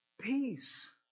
peace